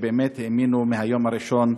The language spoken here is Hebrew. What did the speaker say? שבאמת האמינו מהיום הראשון,